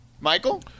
Michael